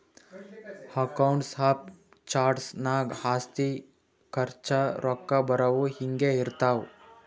accounts of charts ನಾಗ್ ಆಸ್ತಿ, ಖರ್ಚ, ರೊಕ್ಕಾ ಬರವು, ಹಿಂಗೆ ಇರ್ತಾವ್